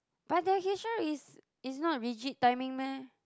but their cashier is is not rigid timing meh